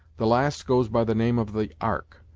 the last goes by the name of the ark,